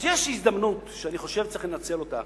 אז יש הזדמנות, שאני חושב שצריך לנצל אותה.